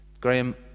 graham